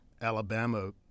Alabama